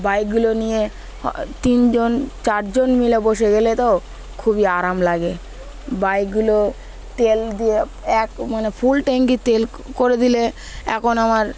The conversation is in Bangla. বাইকগুলো নিয়ে তিনজন চারজন মিলে বসে গেলে তো খুবই আরাম লাগে বাইকগুলো তেল দিয়ে এক মানে ফুল ট্যাঙ্ক তেল করে দিলে এখন আমার